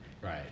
Right